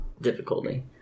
difficulty